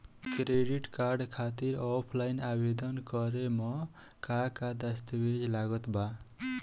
Credit card खातिर offline आवेदन करे म का का दस्तवेज लागत बा?